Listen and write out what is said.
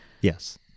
yes